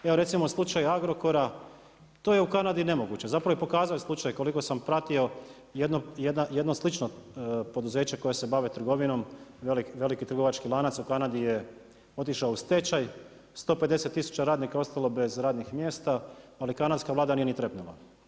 Evo recimo slučaj Agrokora, to je u Kanadi nemoguće, zapravo pokazao sam slučaj koliko sam pratio jedno slično poduzeće koje se bave trgovinom, veliki trgovački lanac u Kanadi je otišao u stečaj, 150 tisuća radnika je ostalo bez radnih mjesta, ali Kanadska Vlada nije ni trepnula.